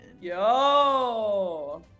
yo